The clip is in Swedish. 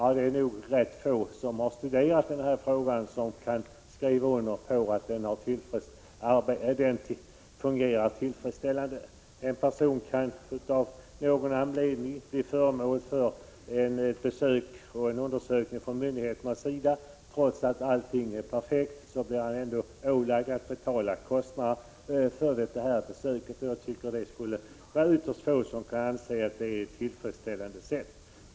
Av dem som har studerat denna fråga är det nog rätt få som kan skriva under på detta. En person kan av någon anledning bli föremål för ett besök av myndigheterna. Trots att undersökningen visat att allt är perfekt, blir han ändå ålagd att betala kostnaderna för detta besök. Jag tycker att ytterst få kan anse att detta är tillfredsställande.